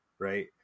Right